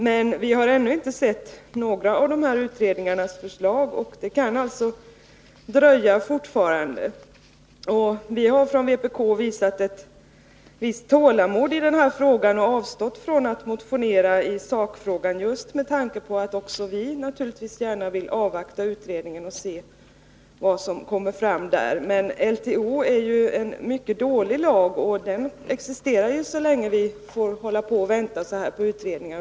Men vi har ännu inte sett några av förslagen från dessa utredningar, och det kan alltså fortfarande dröja innan detta är uppfyllt. Vi har från vpk visat ett visst tålamod och har avstått från att motionera i sakfrågan, just med tanke på att också vi naturligtvis gärna vill avvakta vad utredningen kommer fram till. Men LTO är ju en mycket dålig lag, och den kommer att existera så länge vi måste fortsätta att vänta på utredningar.